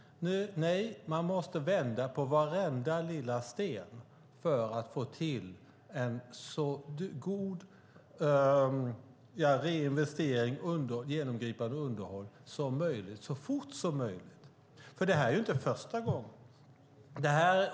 Nej, man måste vända på varenda liten sten för att få till en så god reinvestering och genomgripande underhåll som möjligt så fort som möjligt, för det här är ju inte första gången.